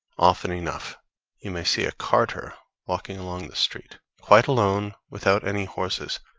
often enough you may see a carter walking along the street, quite alone, without any horses,